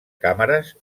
càmeres